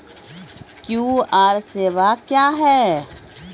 QR सेवा क्या हैं?